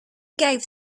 gave